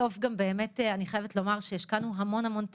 אני חייבת לומר שהשקענו המון המון תקציבים,